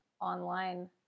online